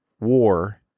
war